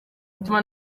umutima